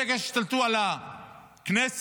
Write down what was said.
ברגע שהשתלטו על הכנסת